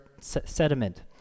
sediment